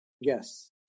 yes